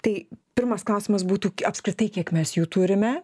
tai pirmas klausimas būtų apskritai kiek mes jų turime